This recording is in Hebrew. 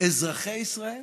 אזרחי ישראל